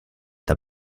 the